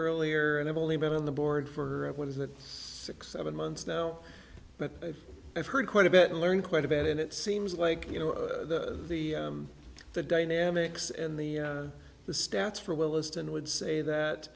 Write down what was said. earlier and i've only been on the board for what is it six seven months now but i've heard quite a bit and learned quite a bit and it seems like you know the the dynamics and the the stats for williston would say that